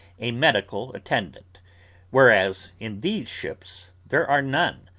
a medical attendant whereas in these ships there are none,